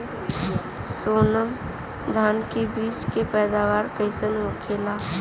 सोनम धान के बिज के पैदावार कइसन होखेला?